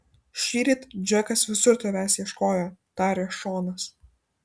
šįryt džekas visur tavęs ieškojo tarė šonas